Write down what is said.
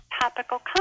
topical